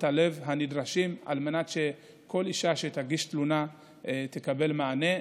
הלב הנדרשים על מנת שכל אישה שתגיש תלונה תקבל מענה,